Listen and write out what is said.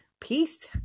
peace